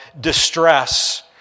distress